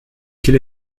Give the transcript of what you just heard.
quel